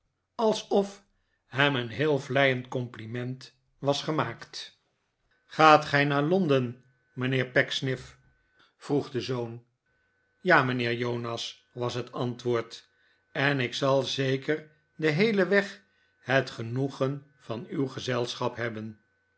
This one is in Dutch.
alsof hem een heel vleiend compliment was gemaakt gaat gij naar londen mijnheer pecksniff vroeg de zoon ja mijnheer jonas was het antwoord en ik zal zeker den heelen weg het genoegen van uw gezelschap hebben